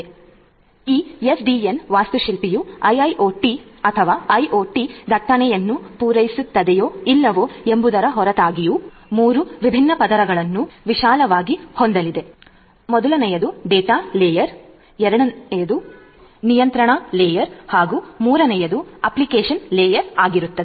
ಆದ್ದರಿಂದ ಈ ಎಸ್ಡಿಎನ್ ವಾಸ್ತುಶಿಲ್ಪವು ಐಐಒಟಿ ಅಥವಾ ಐಒಟಿ ದಟ್ಟಣೆಯನ್ನು ಪೂರೈಸುತ್ತದೆಯೋ ಇಲ್ಲವೋ ಎಂಬುದರ ಹೊರತಾಗಿಯೂ 3 ವಿಭಿನ್ನ ಪದರಗಳನ್ನು ವಿಶಾಲವಾಗಿ ಹೊಂದಲಿದೆ 1ನೇಯದು ಡೇಟಾ ಲೇಯರ್ 2 ನೇಯದು ನಿಯಂತ್ರಣ ಲೇಯರ್ ಮತ್ತು 3 ನೇಯದು ಅಪ್ಲಿಕೇಶನ್ ಲೇಯರ್ ಆಗಿದೆ